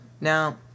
now